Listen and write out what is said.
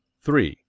three.